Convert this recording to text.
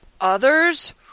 others